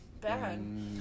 Bad